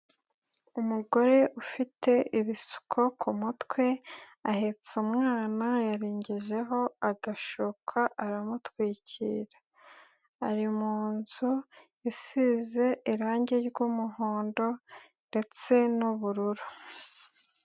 Umugore ufite ibisuko ku mutwe, ahetse umwana yarengejeho agashoka aramutwikira, ari mu nzu isize irangi ry'umuhondo ndetse n'ubururu.